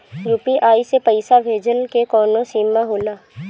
UPI से पईसा भेजल के कौनो सीमा होला?